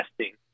testing